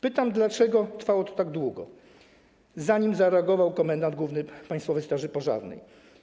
Pytam, dlaczego trwało to tak długo, zanim zareagował komendant główny Państwowej Straży Pożarnej.